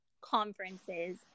conferences